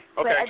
Okay